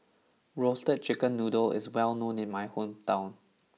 Roasted Chicken Noodle is well known in my hometown